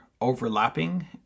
overlapping